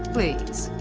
please.